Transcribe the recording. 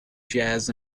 jazz